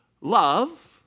love